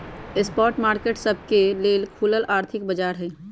spot market सबके लेल खुलल आर्थिक बाजार हइ